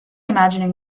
imagining